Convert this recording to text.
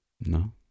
no